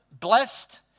blessed